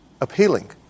appealing